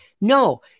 No